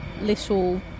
little